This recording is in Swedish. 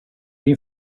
din